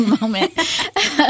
moment